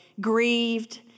grieved